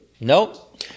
Nope